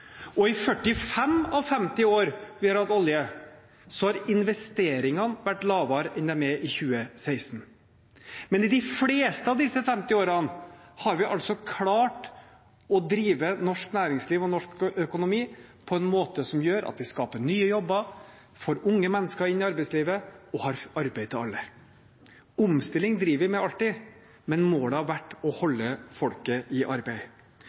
og i 45 av de 50 årene vi har hatt olje, har investeringene vært lavere enn de er i 2016. Men i de fleste av disse 50 årene har man altså klart å drive norsk næringsliv og norsk økonomi på en måte som gjør at man skaper nye jobber, får unge mennesker inn i arbeidslivet og har arbeid til alle. Omstilling driver man med alltid, men målet har vært å holde folket i arbeid.